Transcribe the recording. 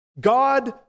God